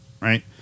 Right